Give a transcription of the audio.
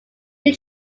who